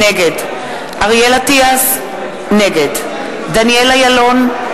נגד אריאל אטיאס, נגד דניאל אילון,